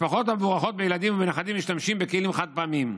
המשפחות המבורכות בילדים ובנכדים משתמשות בכלים חד-פעמיים.